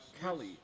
Kelly